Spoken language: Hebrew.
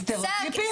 זה סטריאוטיפים.